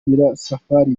nyirasafari